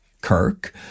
Kirk